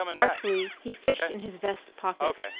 artfully, he fished in his vest pockets,